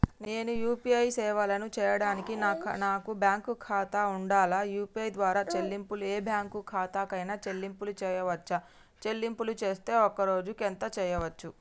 నేను యూ.పీ.ఐ సేవలను చేయడానికి నాకు బ్యాంక్ ఖాతా ఉండాలా? యూ.పీ.ఐ ద్వారా చెల్లింపులు ఏ బ్యాంక్ ఖాతా కైనా చెల్లింపులు చేయవచ్చా? చెల్లింపులు చేస్తే ఒక్క రోజుకు ఎంత చేయవచ్చు?